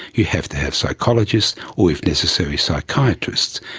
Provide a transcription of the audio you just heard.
you have to have psychologists, or if necessary psychiatrists,